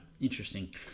Interesting